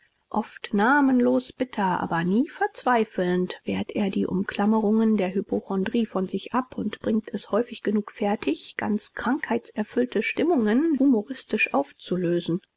oft namenlos bitter aber nie verzweifelnd wehrt er die umklammerungen der hypochondrie von sich ab und bringt es häufig genug fertig ganz krankheitserfüllte stimmungen humoristisch aufzulösen